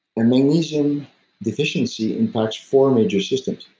and magnesium deficiency impacts four major systems.